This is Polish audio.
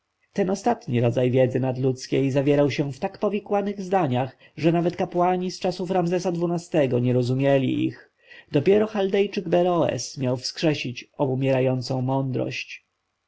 ten ostatni rodzaj wiedzy nadludzkiej zawierał się w tak powikłanych zdaniach że nawet kapłani z czasów ramzesa xii-go nie rozumieli ich dopiero chaldejczyk beroes miał wskrzesić obumierającą mądrość